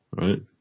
Right